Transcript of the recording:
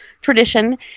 tradition